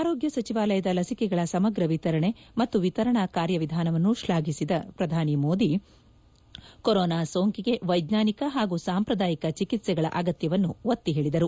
ಆರೋಗ್ಯ ಸಚಿವಾಲಯದ ಲಸಿಕೆಗಳ ಸಮಗ್ರ ವಿತರಣೆ ಮತ್ತು ವಿತರಣಾ ಕಾರ್ಯವಿಧಾನವನ್ನು ಶ್ಲಾಘಿಸಿದ ಪ್ರಧಾನಿ ಮೋದಿ ಕೊರೊನಾ ಸೋಂಕಿಗೆ ವೈಜ್ಞಾನಿಕ ಹಾಗೂ ಸಾಂಪ್ರದಾಯಿಕ ಚಿಕಿತ್ಸೆಗಳ ಅಗತ್ಯವನ್ನು ಒತ್ತಿ ಹೇಳಿದರು